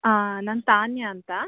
ನಾನು ತಾನ್ಯ ಅಂತ